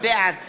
בעד